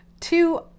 Two